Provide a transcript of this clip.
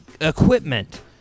equipment